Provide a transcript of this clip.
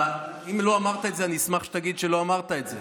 אם לא אמרת את זה אני אשמח שתגיד שלא אמרת את זה.